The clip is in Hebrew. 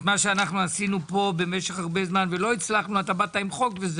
את מה שאנחנו עשינו פה במשך הרבה זמן ולא הצלחנו אתה באת עם חוק וזהו.